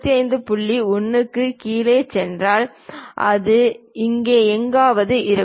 1 க்கு கீழே சென்றால் அது இங்கே எங்காவது இருக்கும்